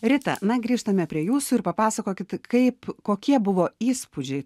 rita na grįžtame prie jūsų ir papasakokit kaip kokie buvo įspūdžiai